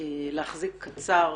להחזיק קצר